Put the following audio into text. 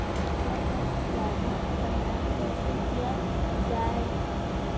घर पर राजमा का भण्डारण कैसे किया जाय?